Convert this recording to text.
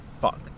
fuck